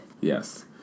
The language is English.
Yes